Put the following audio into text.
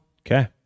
Okay